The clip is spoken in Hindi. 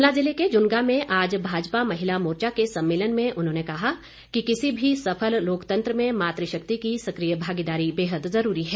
शिमला जिले के जुन्गा में आज भाजपा महिला मोर्चा के सम्मेलन में उन्होंने कहा कि किसी भी सफल लोकतंत्र में मातृ शक्ति की सक्रिय भागीदारी बेहद जरूरी है